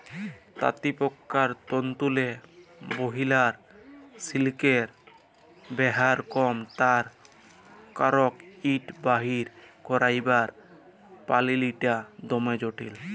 তাঁতিপকার তল্তুরলে বহিরাল সিলিকের ব্যাভার কম তার কারল ইট বাইর ক্যইরবার পলালিটা দমে জটিল